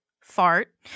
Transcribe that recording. Fart